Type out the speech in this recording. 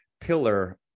pillar